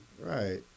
Right